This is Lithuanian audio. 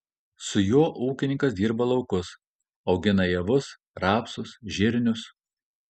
su juo ūkininkas dirba laukus augina javus rapsus žirnius